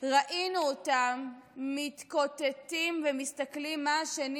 ראינו אותם מתקוטטים ומסתכלים מה השני